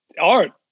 art